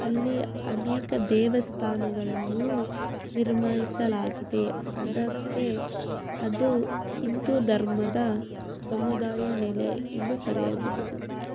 ಅಲ್ಲಿ ಅನೇಕ ದೇವಸ್ಥಾನಗಳನ್ನು ನಿರ್ಮಿಸಲಾಗಿದೆ ಅದಕ್ಕೆ ಅದು ಹಿಂದೂ ಧರ್ಮದ ಸಮುದಾಯ ನೆಲೆ ಎಂದು ಕರೆಯಬಹುದು